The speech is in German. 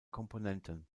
komponenten